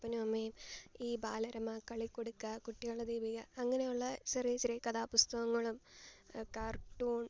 അപ്പനും അമ്മയും ഈ ബാലരമ കളിക്കുടുക്ക കുട്ടികളുടെ ദീപിക അങ്ങനെയുള്ള ചെറിയ ചെറിയ കഥാപുസ്തകങ്ങളും കാര്ട്ടൂണ്